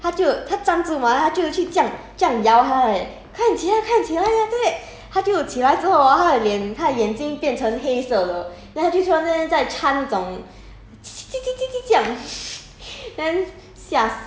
then after that err !wah! 很吓人 lor 她的脸 hor 突然之间她就她站住 mah 她就去这样这样摇她 leh 快点起来快点起来 then after that 她就起来之后 hor 她的脸她的眼睛变成黑色的 then 她就突然间在 chant 那种